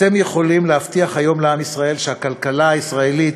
אתם יכולים להבטיח היום לעם ישראל שהכלכלה הישראלית,